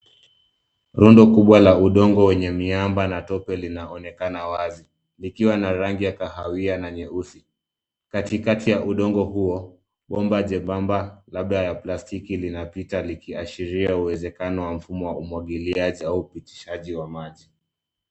Rundo kubwa la udongo wenye miamba na tope linaonekana wazi likiwa na rangi ya kahawia na nyeusi katikati wa udongo huo bomba chembamba labda ya plastiki linapita likiashiria uwezekano wa mfumo wa umwagiliaji au upitishaji wa maji.